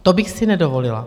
To bych si nedovolila.